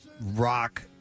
rock